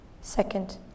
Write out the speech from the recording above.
Second